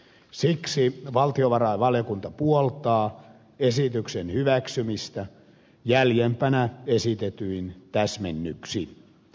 siksi valtiovarainvaliokunta puoltaa esityksen hyväksymistä jäljempänä esitetyin täsmennyksin